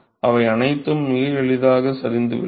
அவை அனைத்தும் மிக எளிதாக சரிந்து விழும்